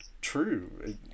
true